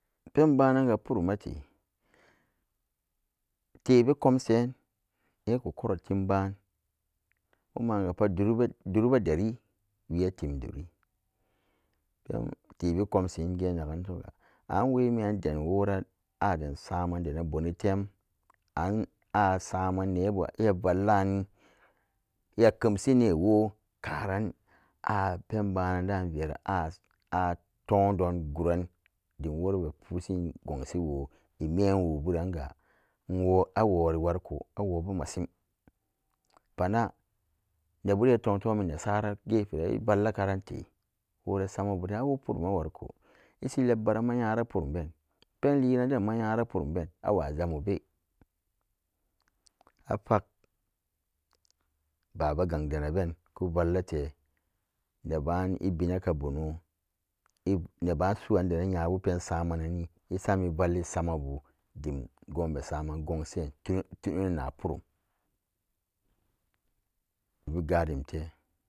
Penbanan ga purummate tebe kumshen ne ko kuro tim ban muma ga pat duri be deri webetem duri weyan tebe komshin genagen su ga we mi an den wora a den saman denan buno tem aaman ne iya ikem shin ne wo karan penbannan atum don gupolimo ran dem worabe pushin gun shi wo imebu inwo awori wari ko awo ra mashin pana nebuden a tem ton anasara gere i valla karan te wora sama buden awok purum awa ishi lep sanyamma nyara purumben penliran denmama nyara purum ben afak baba gan danan ben ko vallate neban ibina ka buno neba su wan deran nyabu samamananni isam ivalli sammabu gunbe sam.